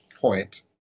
point